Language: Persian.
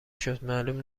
شد، معلوم